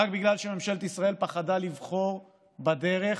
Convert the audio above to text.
רק בגלל שממשלת ישראל פחדה לבחור בדרך